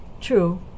True